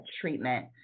treatment